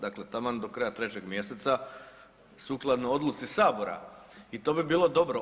Dakle, taman do kraja 3. mjeseca sukladno odluci Sabora i to bi bilo dobro.